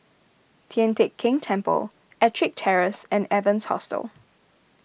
Tian Teck Keng Temple Ettrick Terrace and Evans Hostel